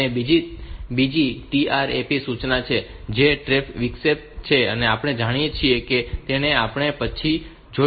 અને બીજી TRAP સૂચના છે જે TRAP વિક્ષેપ છે જેને આપણે જાણીએ છીએ અને તેને આપણે પછી જોઈશું